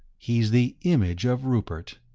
he's the image of rupert.